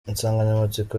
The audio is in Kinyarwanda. insanganyamatsiko